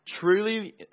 Truly